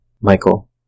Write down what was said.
Michael